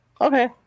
Okay